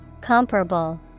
Comparable